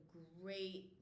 great